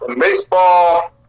baseball